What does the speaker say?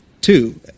two